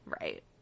Right